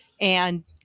and-